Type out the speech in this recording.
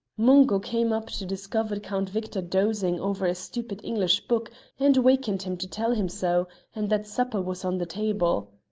mungo came up to discover count victor dozing over a stupid english book and wakened him to tell him so, and that supper was on the table.